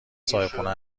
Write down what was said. صاحبخونه